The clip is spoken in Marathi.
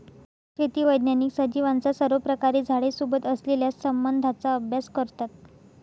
शेती वैज्ञानिक सजीवांचा सर्वप्रकारे झाडे सोबत असलेल्या संबंधाचा अभ्यास करतात